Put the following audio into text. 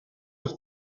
have